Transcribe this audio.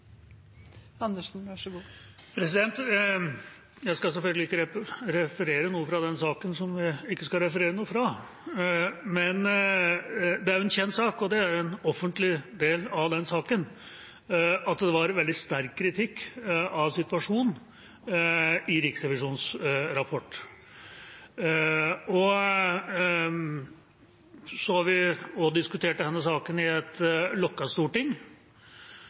Jeg skal selvfølgelig ikke referere noe fra den saken som vi ikke skal referere noe fra, men det er jo en kjent sak – og det er en offentlig del av saken – at det var veldig sterk kritikk av situasjonen i Riksrevisjonens rapport. Så har vi også diskutert denne saken i lukket storting.